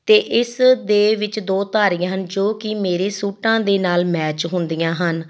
ਅਤੇ ਇਸ ਦੇ ਵਿੱਚ ਦੋ ਧਾਰੀਆਂ ਹਨ ਜੋ ਕਿ ਮੇਰੇ ਸੂਟਾਂ ਦੇ ਨਾਲ ਮੈਚ ਹੁੰਦੀਆਂ ਹਨ